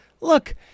look